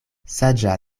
saĝa